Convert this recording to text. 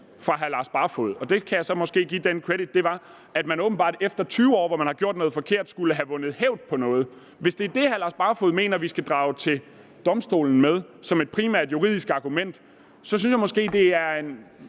fra hr. Lars Barfoed, og det kan jeg så måske give den credit for, var, at man åbenbart efter 20 år, hvor man har gjort noget forkert, skulle have vundet hævd på det. Hvis det er det, hr. Lars Barfoed mener vi skal drage til Domstolen med som et primært juridisk argument, synes jeg måske, at det er